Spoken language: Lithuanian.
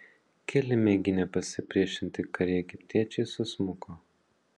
keli mėginę pasipriešinti kariai egiptiečiai susmuko